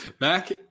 Mac